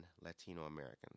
Latino-Americans